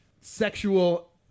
sexual